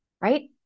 right